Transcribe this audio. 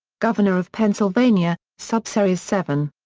governor of pennsylvania, subseries seven.